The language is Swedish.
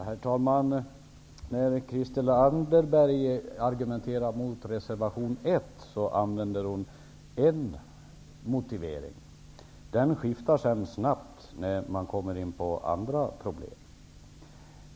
Herr talman! När Christel Anderberg argumenterar mot reservation 1 använder hon en motivering. Den skiftar sedan snabbt när man kommer in på andra problem.